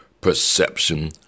perception